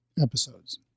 episodes